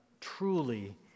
truly